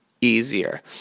easier